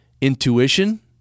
Intuition